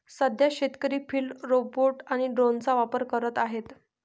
सध्या शेतकरी field robot आणि ड्रोनचा वापर करत आहेत